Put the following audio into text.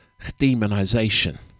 demonization